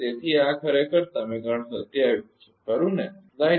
તેથી આ ખરેખર સમીકરણ 27 છે ખરું ને